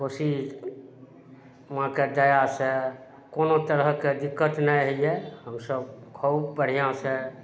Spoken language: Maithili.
कोसी माँके दयासँ कोनो तरहके दिक्कत नहि होइए हम सभ खूब बढ़िआँसँ